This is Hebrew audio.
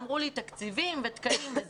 אמרו לי תקציבים ותקנים.